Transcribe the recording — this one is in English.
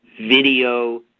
video